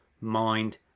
mind